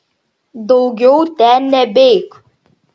daugiau ten nebeik